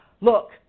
look